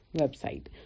website